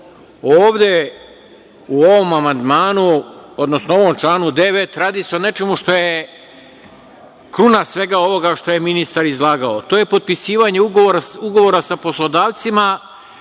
odnosno ovom članu 9. radi se o nečemu što je kruna svega ovoga što je ministar izlagao, a to je potpisivanje ugovora sa poslodavcima